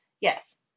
yes